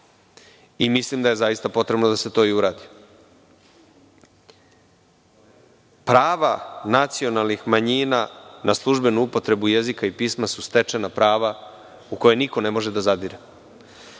Mislim da je zaista potrebno da se to i uradi. Prava nacionalnih manjina na službenu upotrebnu jezika i pisma su stečena prava u koje niko ne može da